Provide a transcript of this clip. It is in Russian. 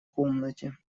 комнате